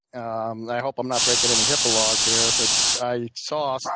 and i hope i'm not breaking any hipaa laws here, but i saw saw